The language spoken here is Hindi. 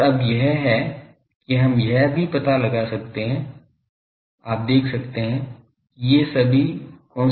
और अब यह है कि हम यह भी पता कर सकते हैं आप देख सकते हैं कि ये सभी स्थिरांक हैं